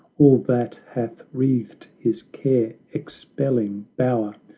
all that hath wreathed his care-expelling bower,